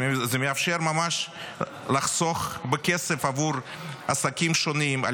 זה מאפשר ממש לחסוך כסף עבור עסקים שונים על